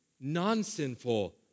non-sinful